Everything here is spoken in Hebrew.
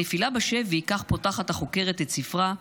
הנפילה בשבי, כך פותחת החוקרת את ספרה,